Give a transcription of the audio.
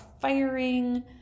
firing